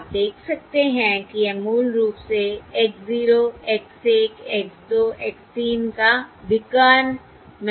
आप देख सकते हैं कि यह मूल रूप से X 0 X 1 X 2 X 3 का विकर्ण मैट्रिक्स है